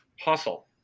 Hustle